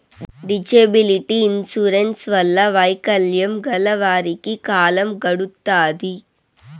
disability insurance వల్ల వైకల్యం గల వారికి కాలం గడుత్తాది